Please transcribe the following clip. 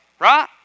right